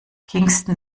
kingstown